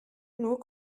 nur